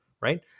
right